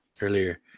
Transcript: earlier